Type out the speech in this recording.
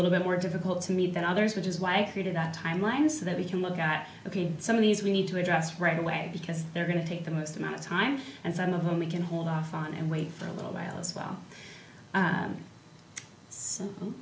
little bit more difficult to meet than others which is why i created that timeline so that we can look at some of these we need to address right away because they're going to take the most amount of time and some of them we can hold off on and wait for a little while as well